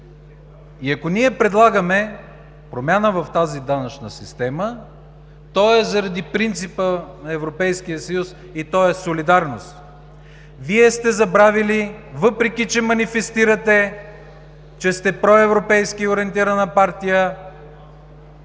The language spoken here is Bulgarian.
И ако ние предлагаме промяна в тази данъчна система, то е заради принципа на Европейския съюз, а той е солидарност. Вие сте забравили, въпреки че манифестирате, че сте проевропейски ориентирана партия,